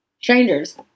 strangers